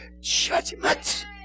judgment